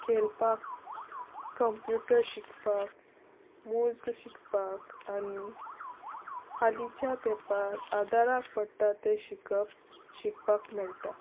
खेळपाक कंप्युटर शिकपाक मोज्ग शिकपाक आनी हालींच्या तेंपार आदाराक पडटा तें शिकप शिकपाक मेळटा